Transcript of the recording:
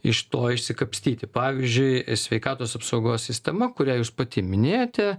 iš to išsikapstyti pavyzdžiui sveikatos apsaugos sistema kuriai jūs pati minėjote